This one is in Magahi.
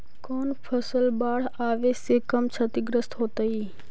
कौन फसल बाढ़ आवे से कम छतिग्रस्त होतइ?